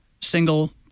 Single